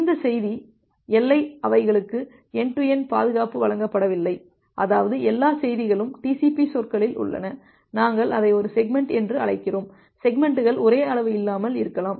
இந்த செய்தி எல்லை அவைகளுக்கு என்டு டு என்டு பாதுகாப்பு வழங்கப்படவில்லை அதாவது எல்லா செய்திகளும் TCP சொற்களில் உள்ளன நாங்கள் அதை ஒரு செக்மெண்ட் என்று அழைக்கிறோம் செக்மெண்ட்கள் ஒரே அளவு இல்லாமல் இருக்கலாம்